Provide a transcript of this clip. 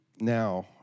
now